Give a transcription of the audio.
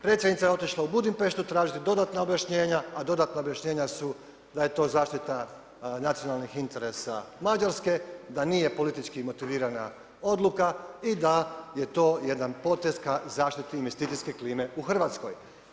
Predsjednica je otišla u Budimpeštu tražiti dodatna objašnjenja, a dodatna objašnjenja su da je to zaštita nacionalnih interesa Mađarske, da nije politički motivirana odluka i da je to jedan potez ka zaštiti investicijske klime u Hrvatskoj.